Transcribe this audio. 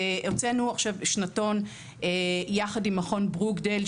הוצאנו עכשיו בשנתון יחד עם מכון ברוקדייל,